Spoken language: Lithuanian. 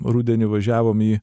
rudenį važiavom į